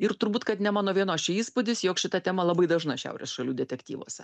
ir turbūt kad ne mano vienos čia įspūdis jog šita tema labai dažna šiaurės šalių detektyvuose